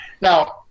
Now